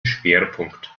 schwerpunkt